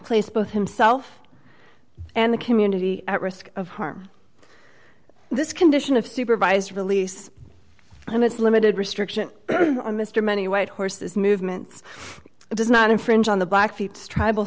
place both himself and the community at risk of harm this condition of supervised release and it's limited restriction on mr many white horses movements it does not infringe on the blackfeet tribal